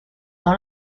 dans